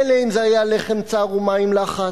מילא אם זה היה לחם צר ומים לחץ,